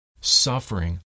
Suffering